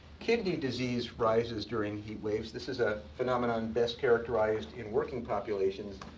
kidney disease rises during heat waves. this is a phenomenon best characterized in working populations,